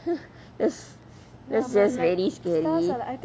just that's just really scary